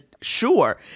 sure